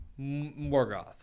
Morgoth